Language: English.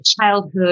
childhood